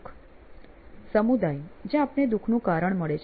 "સમુદાય" જ્યાં આપને દુખનું મૂળ કારણ મળે છે